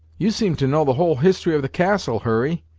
you seem to know the whole history of the castle, hurry,